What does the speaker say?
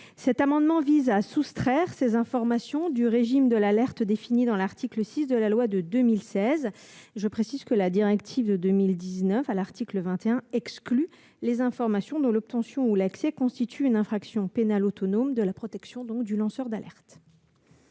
amendement vise à soustraire ces informations du régime de l'alerte défini dans l'article 6 de la loi du 9 décembre 2016. L'article 21 de la directive 2019/1937 exclut d'ailleurs les informations dont l'obtention ou l'accès constituent une infraction pénale autonome de la protection du lanceur d'alerte.